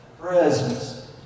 Presence